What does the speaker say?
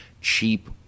cheap